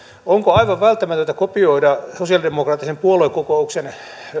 onko aivan välttämätöntä kopioida sosiaalidemokraattisen puoluekokouksen